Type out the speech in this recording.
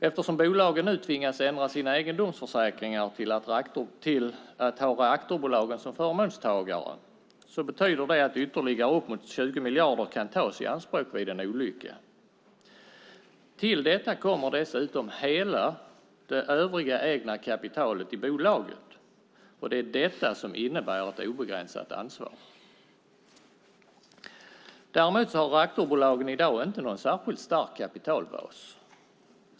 Eftersom bolagen nu tvingas ändra sina egendomsförsäkringar till att ha reaktorbolagen som förmånstagare betyder det att ytterligare upp emot 20 miljarder kan tas i anspråk vid en olycka. Till detta kommer dessutom hela det övriga egna kapitalet i bolaget. Det är det som innebär ett obegränsat ansvar. Däremot har reaktorbolagen i dag inte någon särskilt stark kapitalbas.